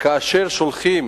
כאשר הם שולחים